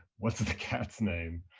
what is the cat's name?